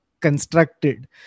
constructed